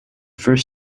first